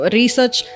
research